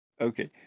Okay